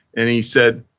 and he said,